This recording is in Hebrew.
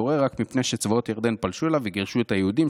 מפני שצבאות ירדן פלשו אליו וגירשו את היהודים,